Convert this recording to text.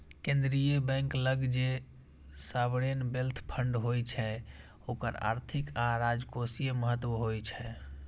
केंद्रीय बैंक लग जे सॉवरेन वेल्थ फंड होइ छै ओकर आर्थिक आ राजकोषीय महत्व होइ छै